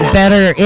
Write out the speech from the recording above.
better